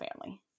family